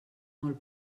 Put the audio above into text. molt